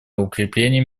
укрепления